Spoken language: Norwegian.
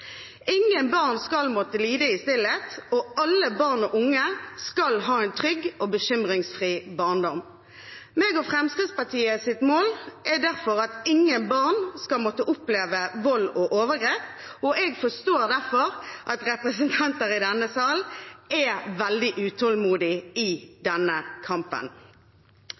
Ingen barn skal måtte lide i stillhet, og alle barn og unge skal ha en trygg og bekymringsfri barndom. Mitt og Fremskrittspartiets mål er at ingen barn skal måtte oppleve vold og overgrep, og jeg forstår derfor at representanter i denne sal er veldig utålmodige i denne kampen.